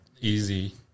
easy